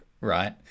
right